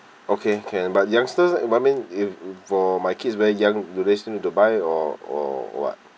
okay can but youngsters what I mean if for my kids very young do they still need to buy or or what